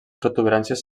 protuberàncies